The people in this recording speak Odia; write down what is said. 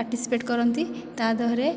ପାଟିସିପେଟ୍ କରନ୍ତି ତା' ଦେହରେ